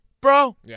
Bro